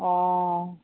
অঁ